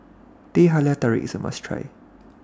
Teh Halia Tarik IS A must Try